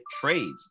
trades